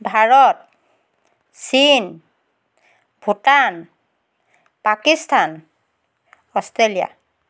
ভাৰত চীন ভূটান পাকিস্তান অষ্ট্ৰেলিয়া